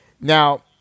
Now